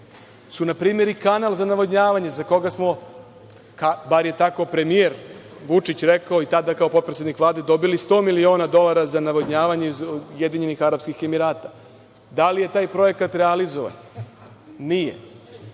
je npr. i kanal za navodnjavanje, za koga smo, bar je tako premijer Vučić rekao i tada kao potpredsednik Vlade, dobili 100 miliona dolara za navodnjavanje iz UAE. Da li je taj projekat realizovan? Nije.